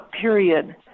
period